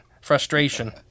frustration